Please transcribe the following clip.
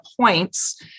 points